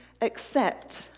accept